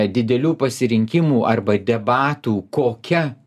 didelių pasirinkimų arba debatų kokia